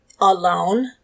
alone